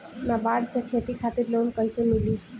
नाबार्ड से खेती खातिर लोन कइसे मिली?